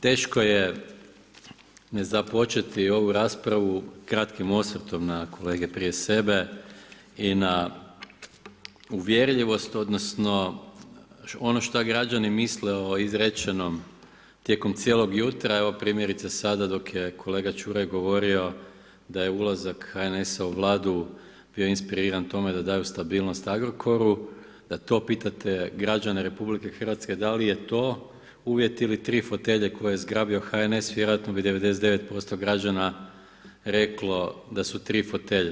Teško je ne započeti ovu raspravu kratkim osvrtom na kolege prije sebe i na uvjerljivost odnosno ono šta građani misle o izrečenom tijekom cijelog jutra, evo primjerice sada dok je kolega Čuraj govorio da je ulazak HNS-a u Vladu bio inspiriran tome da daju stabilnost Agrokoru, da to pitate građane RH dali je to uvjet ili tri fotelje koje je zgrabio HNS, vjerojatno bi 99% građana reklo da su tri fotelje.